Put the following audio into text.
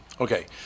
Okay